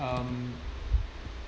um